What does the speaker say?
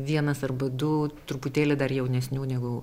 vienas arba du truputėlį dar jaunesnių negu